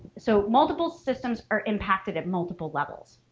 so multiple systems are impacted at multiple levels.